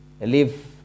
leave